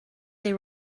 they